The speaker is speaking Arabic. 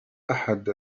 أحد